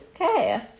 okay